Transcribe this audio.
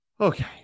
Okay